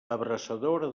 abraçadora